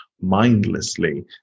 mindlessly